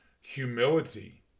humility